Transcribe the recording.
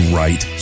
right